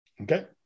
Okay